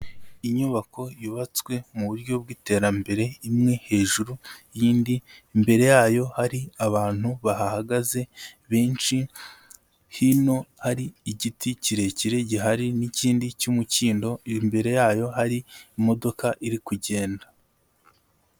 Inyubako yubatswe mu buryo bw'iterambere imwe hejuru y'indi, mbere yayo hari abantu bahahagaze benshi, hino ari igiti kirekire gihari n'ikindi cy'umukindo, imbere yayo hari imodoka iri kugenda.